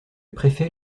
préfet